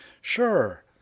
Sure